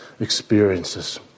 experiences